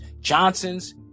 johnson's